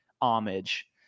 homage